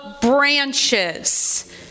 branches